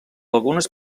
algunes